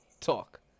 talk